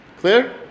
Clear